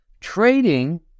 Trading